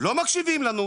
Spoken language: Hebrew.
לא מקשבים לנו,